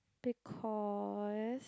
because